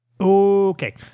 Okay